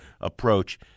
approach